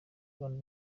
rwanda